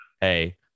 hey